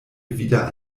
wieder